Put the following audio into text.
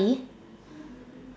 L_E